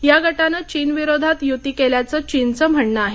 या गटानं चीनविरोधात युती केल्याचंचीनचं म्हणणं आहे